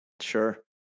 Sure